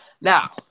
Now